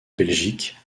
belgique